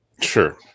Sure